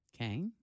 Okay